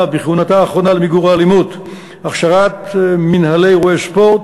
האחרונה למיגור האלימות: הכשרת מנהלי אירועי ספורט,